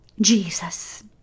Jesus